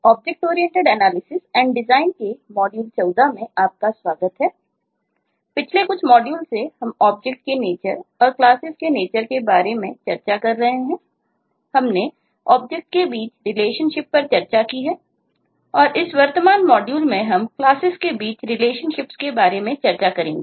object oriented analysis and design के बारे में चर्चा करेंगे